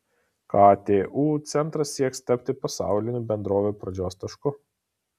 ktu centras sieks tapti pasaulinių bendrovių pradžios tašku